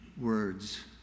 words